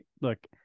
look